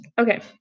Okay